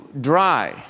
dry